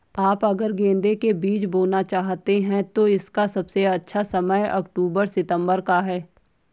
आप अगर गेंदे के बीज बोना चाहते हैं तो इसका सबसे अच्छा समय अक्टूबर सितंबर का है